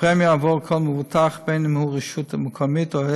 הפרמיה עבור כל מבוטח, בין שהוא רשות מקומית ובין